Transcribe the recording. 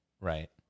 Right